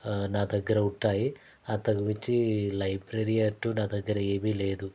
నా దగ్గర ఉంటాయి అంతకు మించి లైబ్రరీ అంటూ నా దగ్గర ఏమీ లేదు